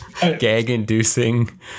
gag-inducing